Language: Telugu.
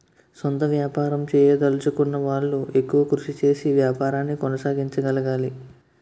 సొంత వ్యాపారం చేయదలచుకున్న వాళ్లు ఎక్కువ కృషి చేసి వ్యాపారాన్ని కొనసాగించగలగాలి